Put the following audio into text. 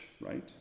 right